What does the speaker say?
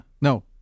No